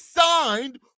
signed